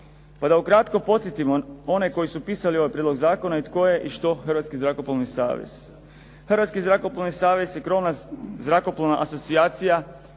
Pa da ukratko podsjetimo one koji su pisali ovaj prijedlog zakona i tko je i što Hrvatski zrakoplovni savez.